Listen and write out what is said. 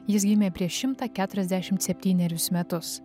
jis gimė prieš šimtą keturiasdešimt septynerius metus